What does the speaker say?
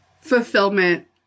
fulfillment